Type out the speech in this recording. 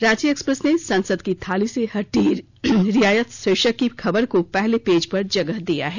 Ranchi Express ने संसद की थाली से हटी रियायत शीर्षक की खबर को पहले पेज पर जगह दिया है